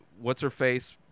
what's-her-face